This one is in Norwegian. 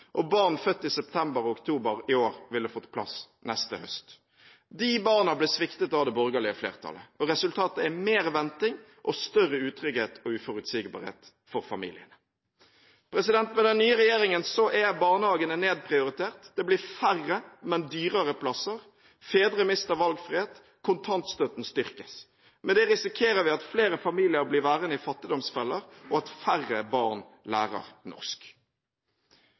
og barn født i september og oktober i år ville fått plass neste høst. De barna ble sviktet av det borgerlige flertallet. Resultatet er mer venting og større utrygghet og uforutsigbarhet for familiene. Med den nye regjeringen er barnehagene nedprioritert. Det blir færre, men dyrere plasser. Fedre mister valgfrihet. Kontantstøtten styrkes. Med det risikerer vi at flere familier blir værende i fattigdomsfeller, og at færre barn lærer norsk.